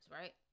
right